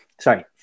sorry